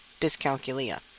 dyscalculia